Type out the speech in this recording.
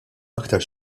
aktar